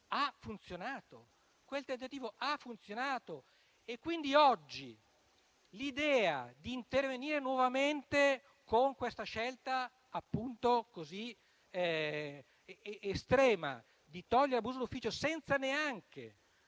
ha funzionato. Quel tentativo ha funzionato e quindi oggi l'idea di intervenire nuovamente con questa scelta così estrema di abrogare il reato di abuso d'ufficio senza neanche